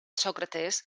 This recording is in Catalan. sòcrates